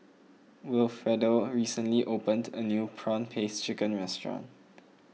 Wilfredo recently opened a new Prawn Paste Chicken restaurant